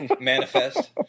manifest